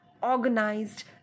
organized